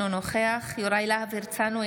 אינו נוכח יוראי להב הרצנו,